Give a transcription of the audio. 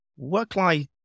work-life